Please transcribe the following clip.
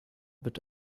wird